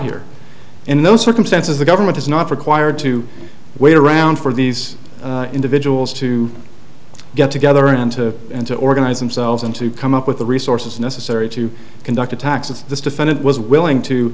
here in those circumstances the government is not required to wait around for these individuals to get together and to and to organize themselves and to come up with the resources necessary to conduct attacks and this defendant was willing to